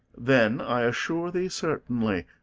then, i assure thee certainly,